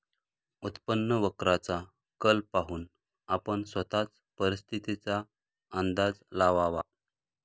उत्पन्न वक्राचा कल पाहून आपण स्वतःच परिस्थितीचा अंदाज लावावा